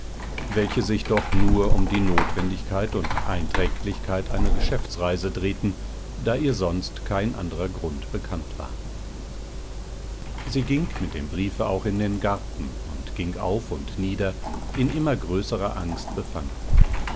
welche sich doch nur um die notwendigkeit und einträglichkeit einer geschäftsreise drehten da ihr sonst kein anderer grund bekannt war sie ging mit dem briefe auch in den garten und ging auf und nieder in immer größerer angst befangen